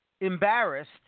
Embarrassed